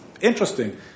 Interesting